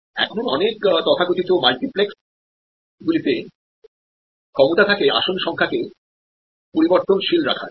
এখন অনেক তথাকথিত মাল্টিপ্লেক্সগুলিতে ক্ষমতা থাকে আসন সংখ্যা কে পরিবর্তনশীল রাখার